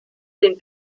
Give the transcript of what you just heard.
den